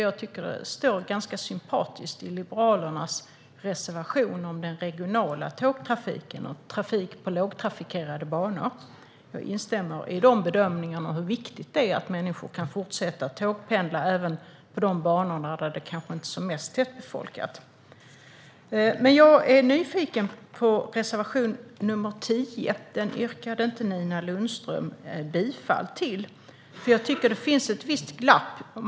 Jag tycker att Liberalernas reservation om den regionala tågtrafiken och trafik på lågtrafikerade banor är ganska sympatisk. Jag instämmer i dessa bedömningar om hur viktigt det är att människor kan fortsätta att tågpendla även på de banor som finns där det inte är som mest tättbefolkat. Jag är nyfiken på reservation 10. Den yrkade Nina Lundström inte bifall till. Jag tycker nämligen att det finns ett visst glapp.